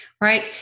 right